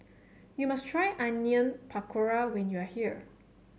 you must try Onion Pakora when you are here